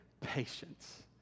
patience